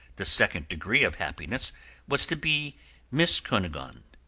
the second degree of happiness was to be miss cunegonde,